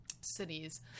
cities